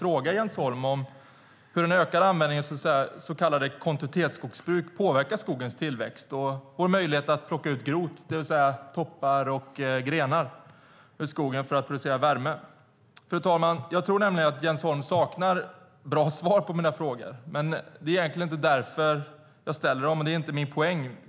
Hur påverkar en ökad användning av kontinuitetsskogsbruk skogens tillväxt och vår möjlighet att plocka ut grot, det vill säga grenar och toppar, för att producera värme? Fru talman! Jag tror att Jens Holm saknar ett bra svar på min fråga, men det är inte därför jag ställer den; det är inte min poäng.